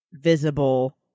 visible